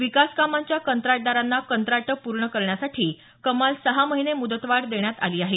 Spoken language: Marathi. विकास कामांच्या कंत्राटदारांना कंत्राटं पूर्ण करण्यासाठी कमाल सहा महिने मुदतवाढ देण्यात आली आहे